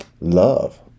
love